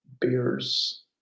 Beers